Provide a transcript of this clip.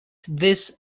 this